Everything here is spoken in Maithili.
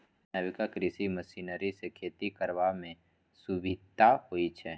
नबका कृषि मशीनरी सँ खेती करबा मे सुभिता होइ छै